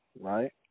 right